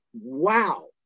wow